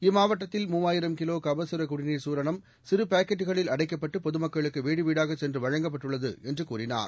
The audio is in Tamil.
இம்மாவட்டத்தில் மூவாயிரம் கிலோ கபசரக் குடிநீர் சூரணம் சிறு பாக்கெட்டுகளில் அடைக்கப்பட்டு பொதுமக்களுக்கு வீடு வீடாக சென்று வழங்கப்பட்டுள்ளது என்று கூறினார்